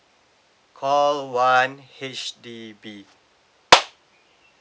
call one H_D_B